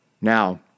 Now